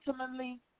ultimately